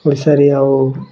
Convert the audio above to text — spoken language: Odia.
ଓଡ଼ିଶା ରେ ଆଉ